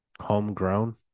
homegrown